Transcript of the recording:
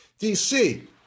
DC